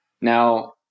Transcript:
now